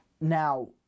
Now